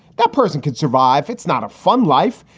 that person can survive. it's not a fun life,